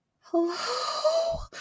hello